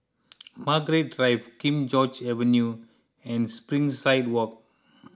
Margaret Drive King George's Avenue and Springside Walk